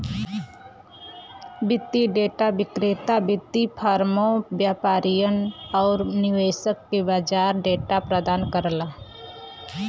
वित्तीय डेटा विक्रेता वित्तीय फर्मों, व्यापारियन आउर निवेशक के बाजार डेटा प्रदान करला